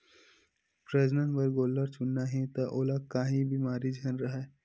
प्रजनन बर गोल्लर चुनना हे त ओला काही बेमारी झन राहय